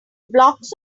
blocks